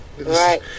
Right